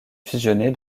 fusionnée